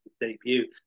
debut